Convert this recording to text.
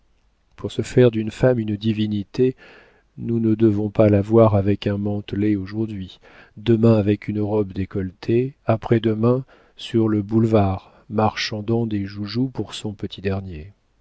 pour se faire d'une femme une divinité nous ne devons pas la voir avec un mantelet aujourd'hui demain avec une robe décolletée après demain sur le boulevard marchandant des joujoux pour son petit dernier